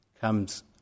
comes